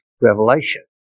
revelation